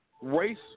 Race